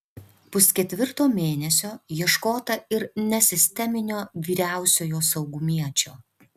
pusketvirto mėnesio ieškota ir nesisteminio vyriausiojo saugumiečio